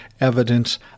evidence